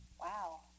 Wow